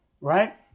right